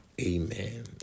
Amen